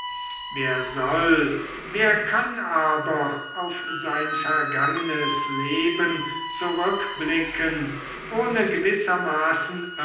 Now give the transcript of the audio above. wer soll wer kann aber auf sein vergangenes leben zurückblicken ohne gewissermaßen irre